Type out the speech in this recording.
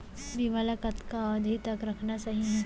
बीमा ल कतना अवधि तक रखना सही हे?